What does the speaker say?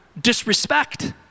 disrespect